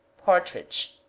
partridge.